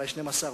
אולי 12%,